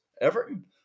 Everton